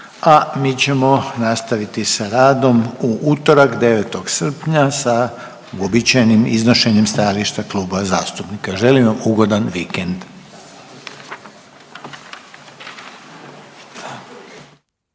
a mi ćemo nastaviti sa radom u utorak 9. srpnja sa uobičajenim iznošenjem stajališta klubova zastupnika. Želim vam ugodan vikend!